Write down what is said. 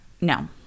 no